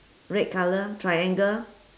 red colour triangle